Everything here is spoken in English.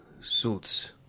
suits